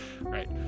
right